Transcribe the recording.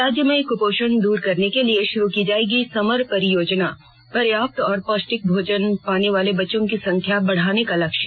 राज्य में कुपोषण दूर करने के लिए शुरू की जाएगी समर परियोजना पर्याप्त और पौष्टिक भोजन पाने वाले बच्चों की संख्या बढ़ाने का लक्ष्य